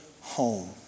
home